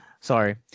Sorry